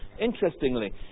interestingly